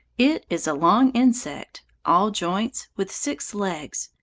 it is a long insect, all joints, with six legs,